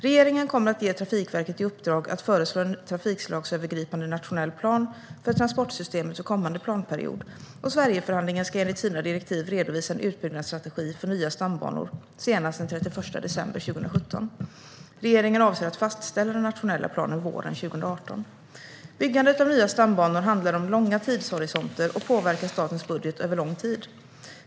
Regeringen kommer att ge Trafikverket i uppdrag att föreslå en trafikslagsövergripande nationell plan för transportsystemet för kommande planperiod, och Sverigeförhandlingen ska enligt sina direktiv redovisa en utbyggnadsstrategi för nya stambanor senast den 31 december 2017. Regeringen avser att fastställa den nationella planen våren 2018. Byggandet av nya stambanor handlar om långa tidshorisonter och påverkar statens budget över lång tid.